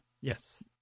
Yes